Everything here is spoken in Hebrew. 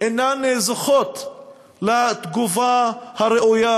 אינן זוכות לתגובה הראויה,